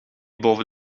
boven